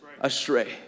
astray